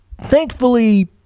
thankfully